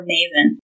Maven